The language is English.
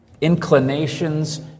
inclinations